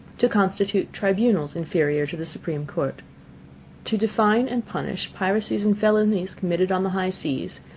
to constitute tribunals inferior to the supreme court to define and punish piracies and felonies committed on the high seas,